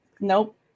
Nope